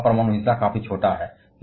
और उनका परमाणु हिस्सा काफी छोटा है